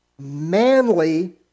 manly